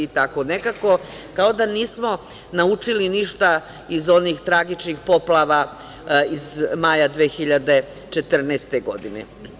Nekako, kao da nismo naučili ništa iz onih tragičnih poplava iz maja 2014. godine.